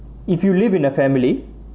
if you live in a family